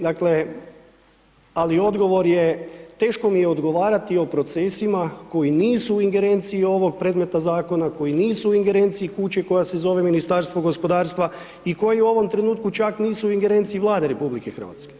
Dakle, ali odgovor je teško mi je odgovarati o procesima koji nisu u ingerenciji ovog predmeta zakona, koji nisu u ingerenciji kuće koja se zove Ministarstvo gospodarstva i koji u ovom trenutku čak nisu u ingerenciji Vlade RH.